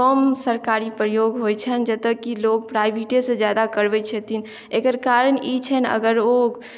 कम सरकारी प्रयोग होइ छनि जतय की लोक प्राइवेटे सँ ज्यादा करबै छथिन एकर कारण ई छनि अगर ओ